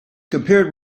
compared